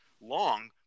long